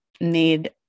made